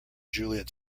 juliet